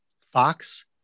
Fox